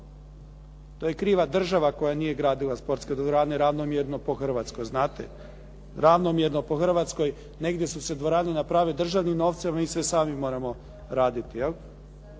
To je kriva država koja nije gradila sportske dvorane ravnomjerno po Hrvatskoj, znate? Ravnomjerno po Hrvatskoj negdje su se dvorane napravile državnim novcem, negdje sve sami moramo raditi.